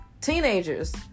teenagers